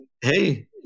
hey